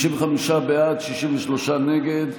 55 בעד, 63 נגד.